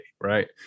right